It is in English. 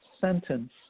sentence